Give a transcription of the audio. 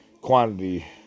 quantity